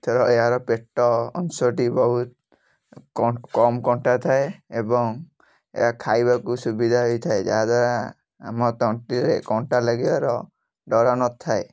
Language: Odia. ଏଥିରେ ଏହାର ପେଟ ଅଂଶଟି ବହୁତ କମ୍ କମ୍ କଣ୍ଟା ଥାଏ ଏବଂ ଏହା ଖାଇବାକୁ ସୁବିଧା ହେଇଥାଏ ଯାହାଦ୍ୱାରା ଆମ ତଣ୍ଟିରେ କଣ୍ଟା ଲାଗିବାର ଡର ନଥାଏ